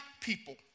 people